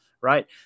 right